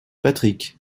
patrick